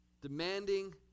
Demanding